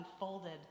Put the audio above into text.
unfolded